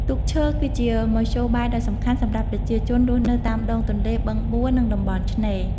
ទូកឈើគឺជាមធ្យោបាយដ៏សំខាន់សម្រាប់ប្រជាជនរស់នៅតាមដងទន្លេ បឹងបួ និងតំបន់ឆ្នេរ ។